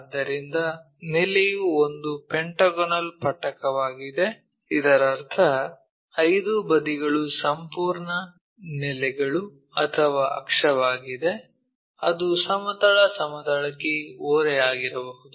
ಆದ್ದರಿಂದ ನೆಲೆಯು ಒಂದು ಪೆಂಟಾಗೋನಲ್ ಪಟ್ಟಕವಾಗಿದೆ ಇದರರ್ಥ 5 ಬದಿಗಳು ಸಂಪೂರ್ಣ ನೆಲೆಗಳು ಅಥವಾ ಅಕ್ಷವಾಗಿದೆ ಅದು ಸಮತಲ ಸಮತಲಕ್ಕೆ ಓರೆಯಾಗಿರಬಹುದು